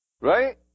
Right